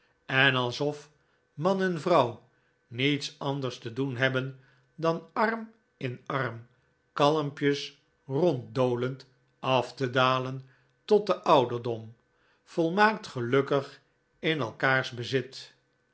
en alsof man en vrouw niets anders te doen hebben dan arm in arm kalmpjes rond dolend af te dalen tot den ouderdom volmaakt gelukkig in elkaars bezit